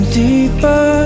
deeper